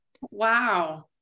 Wow